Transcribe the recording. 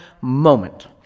moment